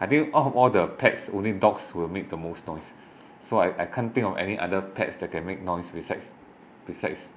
I think out of all the pets only dogs will make the most noise so I I can't think of any other pets that can make noise besides besides